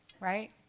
right